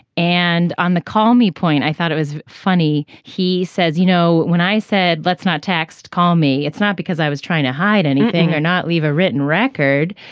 and on the call me point i thought it was funny. he says you know when i said let's not taxed call me it's not because i was trying to hide anything or not leave a written record.